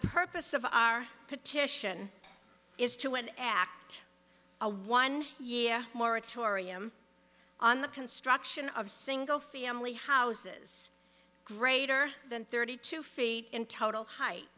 purpose of our petition is to an act a one year moratorium on the construction of single family houses greater than thirty two feet in total height